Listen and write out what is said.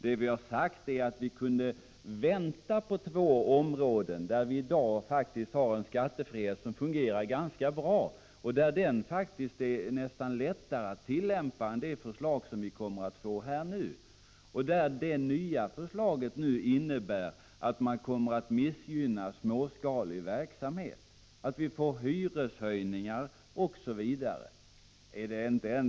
Vad vi sagt är att vi kunde vänta på två områden, där vi i dag faktiskt har en skattefrihet som fungerar ganska bra och som nästan är lättare att tillämpa än det förslag som nu föreligger. Det nya förslaget innebär att man kommer att missgynna småskalig verksamhet, att vi får hyreshöjningar, osv.